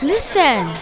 Listen